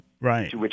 right